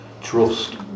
trust